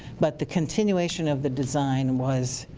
but the continuation of the design was,